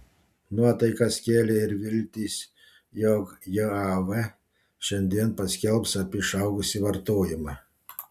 nuotaikas kėlė ir viltys jog jav šiandien paskelbs apie išaugusį vartojimą